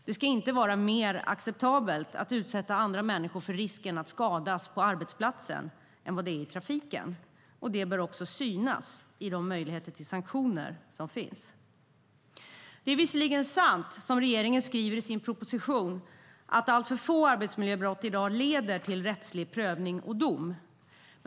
Det ska inte vara mer acceptabelt att utsätta andra människor för risken att skadas på arbetsplatsen än i trafiken, och det bör också synas i de sanktioner som finns. Det är förvisso sant som regeringen skriver i sin proposition att alltför få arbetsmiljöbrott i dag leder till rättslig prövning och dom.